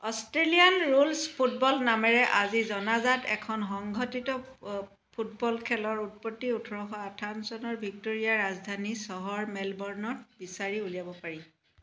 Australian rules football নামেৰে আজি জনাজাত এখন সংগঠিত ফুটবল খেলৰ উৎপত্তি ওঠৰশ আঠাৱন চনৰ ভিক্টোৰিয়াৰ ৰাজধানী চহৰ মেলবৰ্ণত বিচাৰি উলিয়াব পাৰি